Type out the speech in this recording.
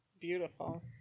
beautiful